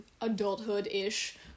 adulthood-ish